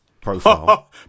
profile